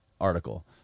article